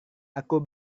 aku